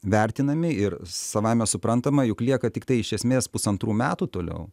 vertinami ir savaime suprantama juk lieka tiktai iš esmės pusantrų metų toliau